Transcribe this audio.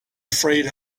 afraid